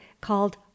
called